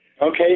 Okay